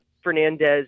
Fernandez